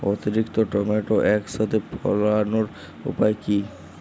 অতিরিক্ত টমেটো একসাথে ফলানোর উপায় কী?